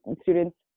students